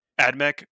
Admech